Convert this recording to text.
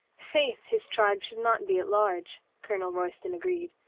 faith, his tribe should not be at large, colonel royston agreed.